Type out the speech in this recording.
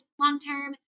long-term